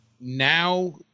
now